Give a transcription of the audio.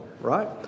Right